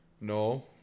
No